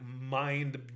mind